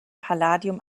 palladium